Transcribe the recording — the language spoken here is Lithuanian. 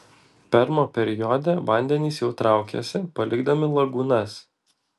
permo periode vandenys jau traukiasi palikdami lagūnas